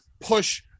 push